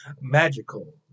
magical